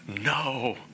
no